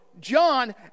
John